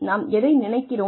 நாம் எதை நினைக்கிறோம்